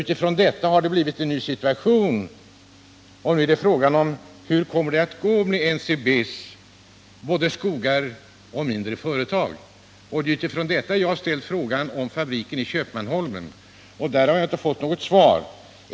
Utifrån detta har det blivit en ny situation, och nu är frågan hur det kommer att gå med NCB:s skogar och mindre företag. Det var med utgångspunkt i detta som jag har ställt frågan om fabriken vid Köpmanholmen, och på den har jag inte fått något svar.